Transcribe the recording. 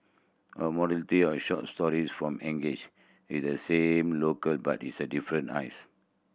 a motley of short stories that engages with the same locale but with different eyes